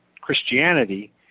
Christianity